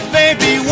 baby